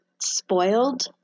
spoiled